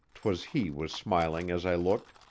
twas he was smiling as i looked.